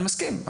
אני מסכים.